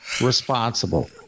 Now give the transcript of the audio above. responsible